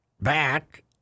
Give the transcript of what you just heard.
back